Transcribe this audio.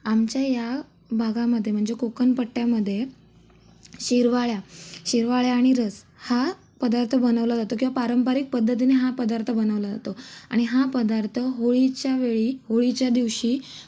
आमच्या या भागामध्ये म्हणजे कोकणपट्ट्यामध्ये शिरवाळ्या शिरवाळ्या आणि रस हा पदार्थ बनवला जातो किंवा पारंपरिक पद्धतीने हा पदार्थ बनवला जातो आणि हा पदार्थ होळीच्या वेळी होळीच्या दिवशी